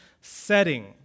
setting